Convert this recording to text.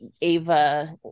Ava